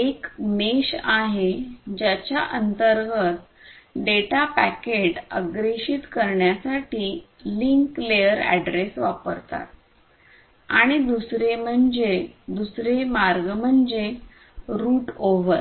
एक मेष आहे ज्याच्या अंतर्गत डेटा पॅकेट अग्रेषित करण्यासाठी लींक लेयर ऍड्रेस वापरतात आणि दुसरे मार्ग म्हणजे रूट ओव्हर